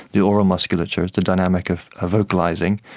the oral musculature, the dynamic of ah vocalising,